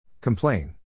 Complain